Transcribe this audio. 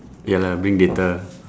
ya lah bring data